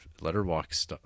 letterbox